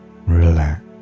Relax